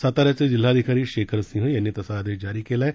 साताऱ्याचे जिल्हाधिकारी शेखर सिंह यांनी तसा आदेश जारी केला आहे